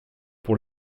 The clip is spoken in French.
pour